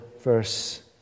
verse